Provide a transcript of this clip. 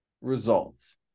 results